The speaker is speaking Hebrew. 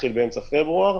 שמתחיל באמצע פברואר.